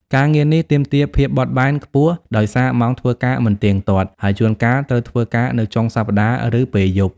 ការងារនេះ ទាមទារភាពបត់បែន ខ្ពស់ ដោយសារម៉ោងធ្វើការមិនទៀងទាត់ ហើយជួនកាលត្រូវធ្វើការនៅចុងសប្តាហ៍ ឬពេលយប់។